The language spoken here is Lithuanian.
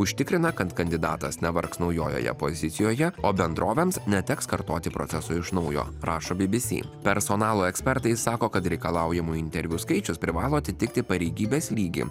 užtikrina kad kandidatas nevargs naujojoje pozicijoje o bendrovėms neteks kartoti proceso iš naujo rašo bbc personalo ekspertai sako kad reikalaujamų interviu skaičius privalo atitikti pareigybės lygį